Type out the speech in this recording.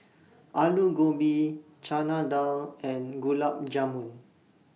Alu Gobi Chana Dal and Gulab Jamun